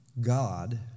God